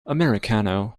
americano